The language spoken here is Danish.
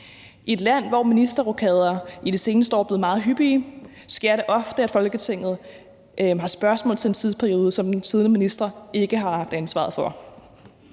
I et land, hvor ministerrokader i de seneste år er blevet meget hyppige, sker det ofte, at Folketinget har spørgsmål til en tidsperiode, som den siddende minister ikke har haft ansvaret for.